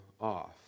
off